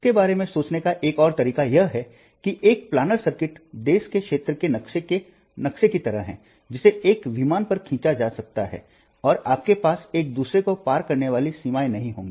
इसके बारे में सोचने का एक और तरीका यह है कि एक प्लानर सर्किट देश के क्षेत्र के नक्शे के नक्शे की तरह है जिसे एक विमान पर खींचा जा सकता है और आपके पास एक दूसरे को पार करने वाली सीमाएं नहीं होंगी